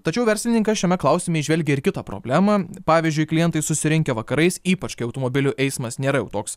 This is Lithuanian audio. tačiau verslininkas šiame klausime įžvelgia ir kitą problemą pavyzdžiui klientai susirinkę vakarais ypač kai automobilių eismas nėra jau toks